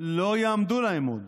לא יעמדו להם עוד.